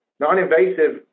Non-invasive